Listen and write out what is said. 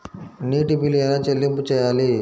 నీటి బిల్లు ఎలా చెల్లింపు చేయాలి?